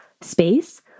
space